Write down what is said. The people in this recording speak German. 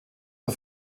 der